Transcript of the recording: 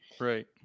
Right